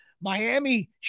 Miami